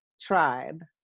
Tribe